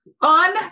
on